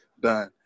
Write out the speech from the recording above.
done